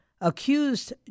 accused